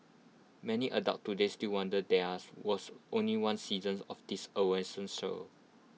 many adults today still wonder there are was only one seasons of this awesome show